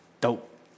Dope